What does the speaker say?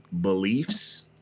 beliefs